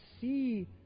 see